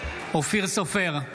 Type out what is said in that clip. אופיר סופר,